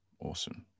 Awesome